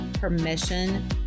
Permission